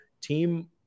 team